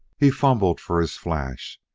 he fumbled for his flash,